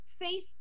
faith